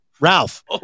Ralph